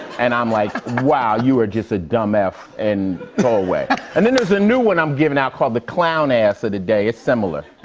and i'm like, wow, you are just a dumb f, and go away. and then there's a new one i'm giving out called the clown ass of ah the day. it's similar.